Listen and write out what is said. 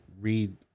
read